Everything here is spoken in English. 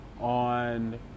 on